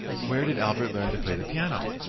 where did albert learned to play the piano?